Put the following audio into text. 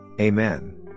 Amen